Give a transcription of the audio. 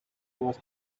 was